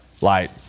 light